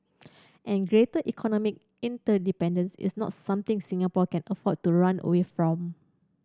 and greater economic interdependence is not something Singapore can afford to run away from